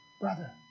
Brother